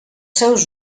seus